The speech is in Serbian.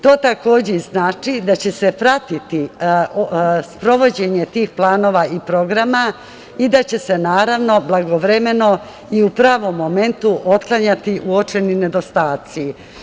To, takođe znači da će se pratiti sprovođenje tih planova i programa i da će se, naravno blagovremeno i u pravom momentu otklanjati uočeni nedostaci.